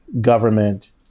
government